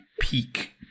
peak